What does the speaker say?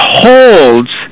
holds